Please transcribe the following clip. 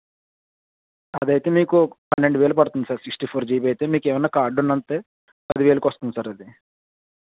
అది అయితే మీకు పన్నెండు వేలు పడుతుంది సార్ సిక్స్టీ ఫోర్ జీబి అయితే మీకు ఏమన్న కార్డు ఉంది అంటే పదివేలకు వస్తుంది సార్ అది